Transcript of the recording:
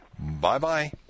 Bye-bye